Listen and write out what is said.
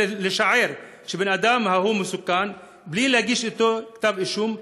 לשער שהבן-אדם ההוא מסוכן בלי להגיש נגדו כתב אישום,